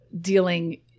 dealing